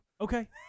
Okay